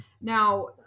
Now